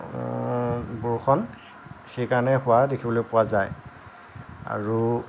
বৰষুণ সেইকাৰণে হোৱা দেখিবলৈ পোৱা যায় আৰু